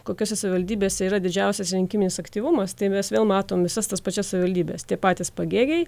kokiose savivaldybėse yra didžiausias rinkiminis aktyvumas tai mes vėl matome visas tas pačias savivaldybes tie patys pagėgiai